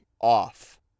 off